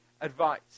advice